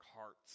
hearts